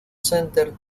center